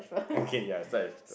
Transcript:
okay ya so I have to